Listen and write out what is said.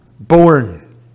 born